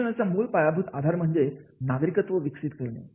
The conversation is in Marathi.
शिक्षणाचा मूळ पायाभूत आधार म्हणजे नागरिकत्व विकसित करणे